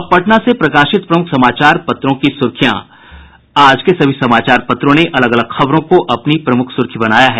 अब पटना से प्रकाशित प्रमुख समाचार पत्रों की सुर्खियां आज के सभी समाचार पत्रों ने अलग अलग खबरों को अपनी प्रमुख सुर्खी बनाया है